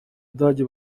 budage